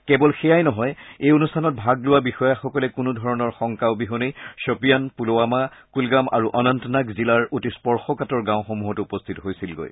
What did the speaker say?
কেৱল সেয়াই নহয় এই অনুষ্ঠানত ভাগ লোৱা বিয়য়াসকলে কোনো ধৰণৰ শংকা অবিহনেই খপিয়ান পূলৱামা কুলগাম আৰু অনন্তনাগ জিলাৰ অতি স্পৰ্শকাতৰ গাঁওসমূহতো উপস্থিত হৈছিলগৈ